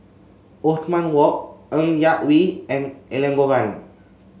Othman Wok Ng Yak Whee and Elangovan